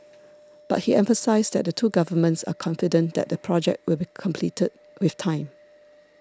but he emphasised that the two governments are confident that the project will be completed with time